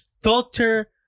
filter